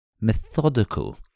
methodical